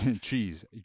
Cheese